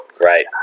right